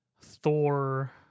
Thor